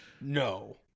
No